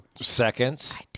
Seconds